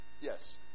Yes